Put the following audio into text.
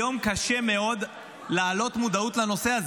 היום קשה מאוד להעלות מודעות לנושא הזה.